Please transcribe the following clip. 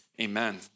amen